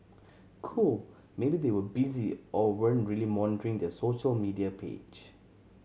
cool maybe they were busy or weren't really monitoring their social media page